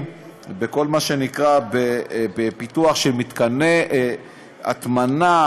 בכל מה שנקרא פיתוח של מתקני הטמנה,